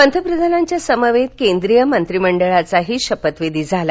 पंतप्रधानांच्या समवेत केंद्रीय मंत्रिमंडळाचाही शपथविधी झाला